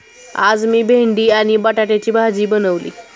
आज मी भेंडी आणि बटाट्याची भाजी बनवली